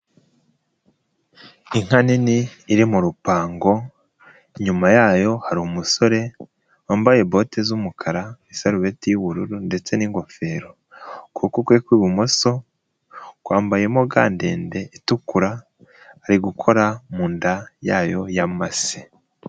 Inka nini iri mu rupango nyuma yayo hari umusore wambaye bote z'umukara isarubetti y'ubururu ndetse n'ingofero. Ukuboko kwe kw'ibumoso kwambayemo ga ndende itukura, ari gukora mu nda yayo ya mase.